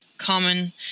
common